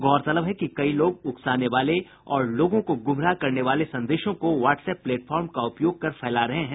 गौरतलब है कि कई लोग उकसाने वाले और लोगों को गुमराह करने वाले संदेशों को वाट्सअप प्लेटफॉर्म का उपयोग कर फैला रहे हैं